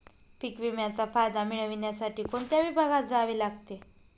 पीक विम्याचा फायदा मिळविण्यासाठी कोणत्या विभागात जावे लागते?